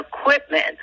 equipment